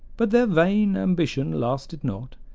but their vain ambition lasted not,